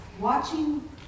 watching